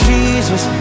Jesus